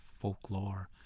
folklore